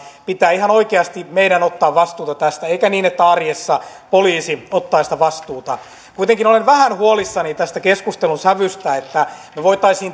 pitää ihan oikeasti meidän ottaa vastuuta tästä eikä niin että arjessa poliisi ottaa sitä vastuuta kuitenkin olen vähän huolissani tästä keskustelun sävystä että me voisimme